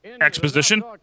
Exposition